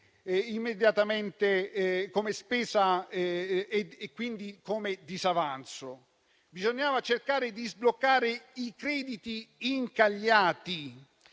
immediatamente come spesa e quindi come disavanzo. Bisognava cercare di sbloccare i crediti incagliati.